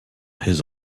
his